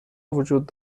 وجود